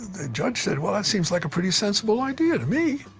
the judge said, well that seems like a pretty sensible idea to me.